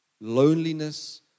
loneliness